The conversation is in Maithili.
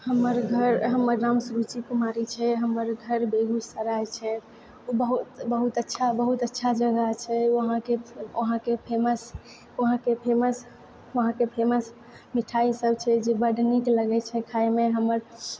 हमर घर हमर नाम सुरुचि कुमारी छै हमर घर बेगूसराय छै बहुत बहुत अच्छा बहुत अच्छा जगह छै वहांँके वहांँके फेमस वहांँके फेमस वहांँ के फेमस मिठाइ सब छै जे बड्ड नीक लगै छै खायमे हमर